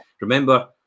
Remember